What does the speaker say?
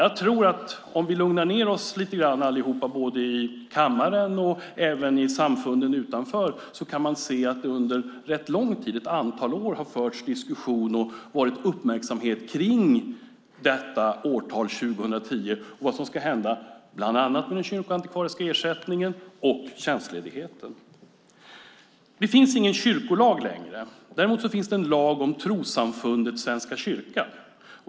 Om vi alla lugnar ned oss lite grann, både i kammaren och i samfunden utanför, kan vi se att det under ett antal år har förts diskussioner om och varit uppmärksamhet kring detta årtal, 2010, och vad som ska hända bland annat med den kyrkoantikvariska ersättningen och tjänstledigheten. Det finns inte längre någon kyrkolag. Däremot finns det en lag om Trossamfundet Svenska kyrkan.